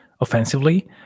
offensively